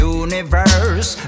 universe